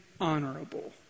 honorable